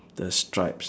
the stripes